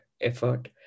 effort